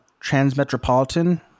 transmetropolitan